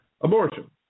Abortion